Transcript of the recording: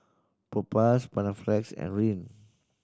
Propass Panaflex and Rene